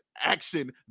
action